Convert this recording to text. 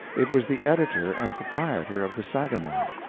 it was the editor and proprietor of the sagamore.